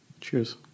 cheers